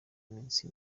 iminsi